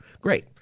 Great